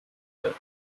earth